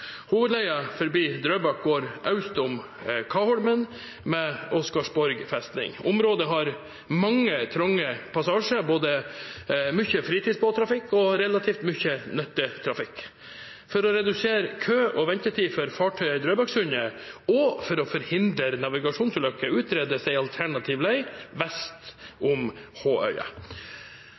forbi Drøbak går øst for Kaholmen med Oscarsborg festning. Området har mange trange passasjer, mye fritidsbåttrafikk og relativt mye nyttetrafikk. For å redusere kø og ventetid for fartøyer i Drøbaksundet, og for å forhindre navigasjonsulykker, utredes en alternativ led vest